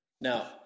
Now